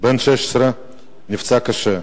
בן 16 נפצע קשה,